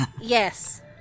Yes